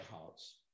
hearts